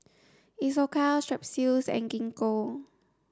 Isocal Strepsils and Gingko